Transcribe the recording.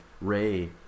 Ray